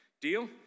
Deal